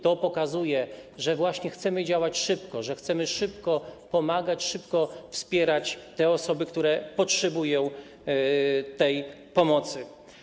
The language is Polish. To pokazuje, że właśnie chcemy działać szybko, że chcemy szybko pomagać, szybko wspierać osoby, które potrzebują pomocy.